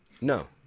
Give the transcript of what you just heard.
No